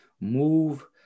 move